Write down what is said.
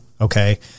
okay